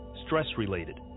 stress-related